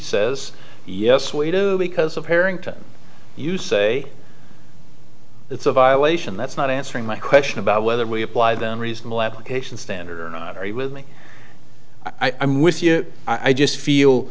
says yes we do because of harrington you say it's a violation that's not answering my question about whether we apply then reasonable application standard or not are you with me i mean with you i just feel